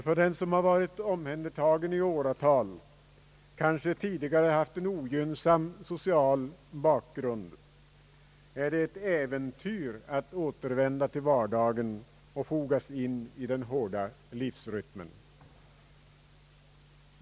För den som varit omhändertagen i åratal, kanske tidigare har en ogynnsam social bakgrund, är det ett äventyr att återvända till vardagen och fogas in i den hårda livsrytmen.